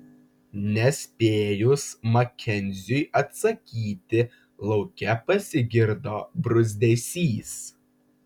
nespėjus makenziui atsakyti lauke pasigirdo bruzdesys